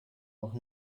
auch